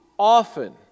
Often